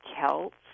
Celts